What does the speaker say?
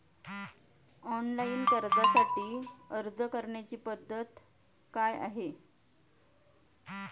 Online कर्जासाठी अर्ज करण्याची पद्धत काय आहे?